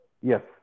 Yes